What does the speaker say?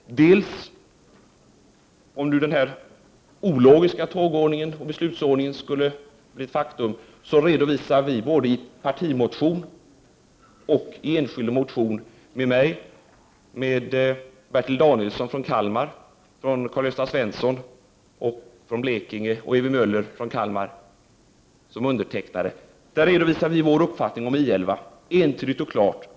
Om den föreslagna ologiska beslutsordningen skulle bli ett faktum redovisar vi entydigt och klart både i en partimotion och i en enskild motion — med mig, Bertil Danielsson från Kalmar, Karl-Gösta Svensson från Blekinge och Ewy Möller från Kalmar som undertecknare — vår uppfattning om I 11.